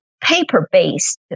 paper-based